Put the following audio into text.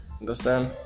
Understand